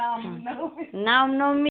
नामनवमी Ramnavami